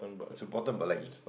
it's important but like